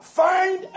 find